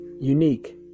unique